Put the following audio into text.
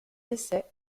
essais